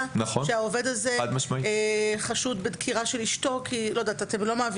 שהעובד הזה חשוד בדקירה של אשתו -- נכון,